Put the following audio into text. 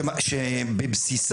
ורוצים שילמדו טוב ואחרי זה גם יהיו בצבא